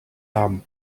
armes